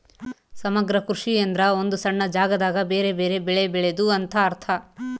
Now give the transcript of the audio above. ಸಮಗ್ರ ಕೃಷಿ ಎಂದ್ರ ಒಂದು ಸಣ್ಣ ಜಾಗದಾಗ ಬೆರೆ ಬೆರೆ ಬೆಳೆ ಬೆಳೆದು ಅಂತ ಅರ್ಥ